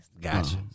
Gotcha